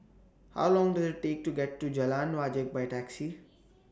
How Long Does IT Take to get to Jalan Wajek By Taxi